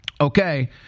okay